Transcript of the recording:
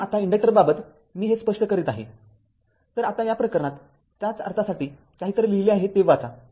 म्हणून आता इन्डक्टरबाबत मी हे स्पष्ट करीत आहे तर आता या प्रकरणात त्याच अर्थासाठी काहीतरी लिहिले आहे ते वाचा